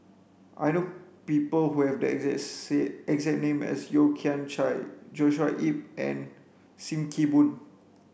I know people who have the exact name as Yeo Kian Chai Joshua Ip and Sim Kee Boon